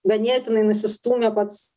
ganėtinai nusistūmė pats